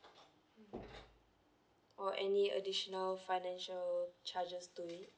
or any additional financial charges to it